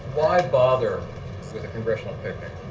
why bother with the congressional picnic?